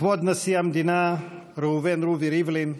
כבוד נשיא המדינה ראובן רובי ריבלין,